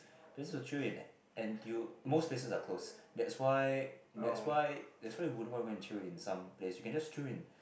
places to chill in N_T_U most places are closed that's why that's why that's why you wouldn't want to go and chill in some place you can just chill in